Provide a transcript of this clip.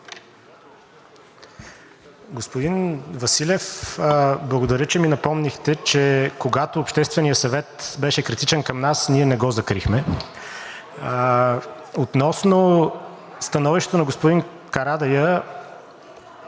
Господин Василев, благодаря, че ми напомнихте, че когато Общественият съвет беше критичен към нас, ние не го закрихме. (Шум и реплики.) Относно становището на господин Карадайъ…